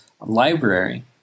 library